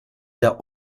der